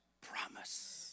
promise